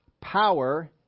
Power